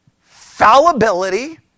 Fallibility